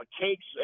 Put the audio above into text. cakes